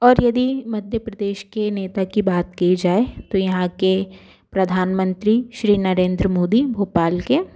और यदि मध्य प्रदेश के नेता की बात की जाए तो यहाँ के प्रधानमंत्री श्री नरेंद्र मोदी भोपाल के